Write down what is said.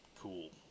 cool